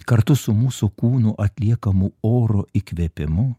kartu su mūsų kūnų atliekamu oro įkvėpimu